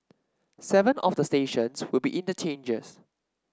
seven of the stations will be interchanges